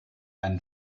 einen